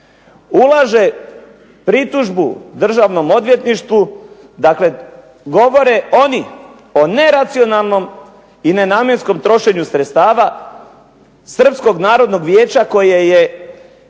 ulaže pritužbu Državnom odvjetništvu, dakle govori oni o neracionalnom i nenamjenskom trošenju sredstava Srpskog narodnog vijeća koje je